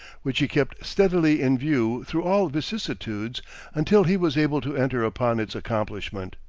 which he kept steadily in view through all vicissitudes until he was able to enter upon its accomplishment.